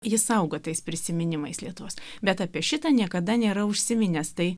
jis augo tais prisiminimais lietuvos bet apie šitą niekada nėra užsiminęs tai